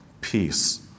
peace